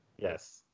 Yes